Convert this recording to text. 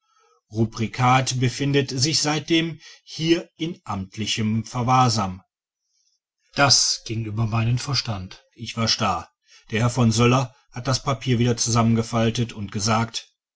rubrikat befindet sich seitdem hier in amtlichem verwahrsam das ging über meinen verstand ich war starr der herr von söller hat das papier wieder zusammengefaltet und gesagt